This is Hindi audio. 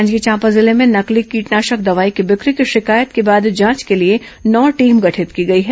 जांजगीर चांपा जिले में नकली कीटनाशक दवाई की बिक्री की शिकायत के बाद जांच के लिए नौ टीम गठित की गई है